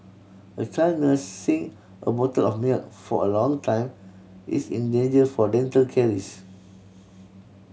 a child nursing a bottle of milk for a long time is in danger for dental caries